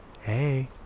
hey